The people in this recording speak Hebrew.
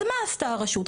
אז מה עשתה הרשות?